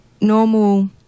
normal